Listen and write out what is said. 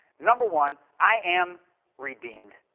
number one, i am redeemed.